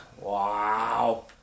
Wow